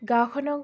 গাঁওখনক